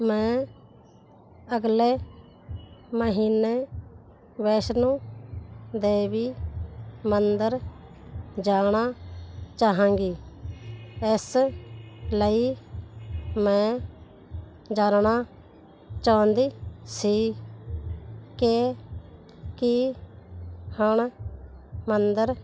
ਮੈਂ ਅਗਲੇ ਮਹੀਨੇ ਵੈਸ਼ਨੋ ਦੇਵੀ ਮੰਦਰ ਜਾਣਾ ਚਾਹਾਂਗੀ ਇਸ ਲਈ ਮੈਂ ਜਾਣਨਾ ਚਾਹੁੰਦੀ ਸੀ ਕਿ ਕੀ ਹੁਣ ਮੰਦਰ